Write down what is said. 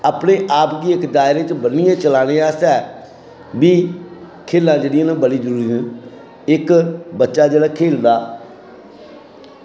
अपने आप गी इक दायरे च ब'न्नियै चलाने आस्तै बी खेलां जेह्ड़ियां न बड़ियां जरूरी न इक बच्चा जेह्ड़ा खेलदा